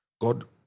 God